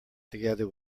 together